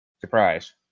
Surprise